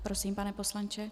Prosím, pane poslanče.